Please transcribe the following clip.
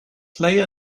play